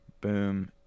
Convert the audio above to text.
boom